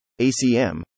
ACM